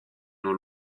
nur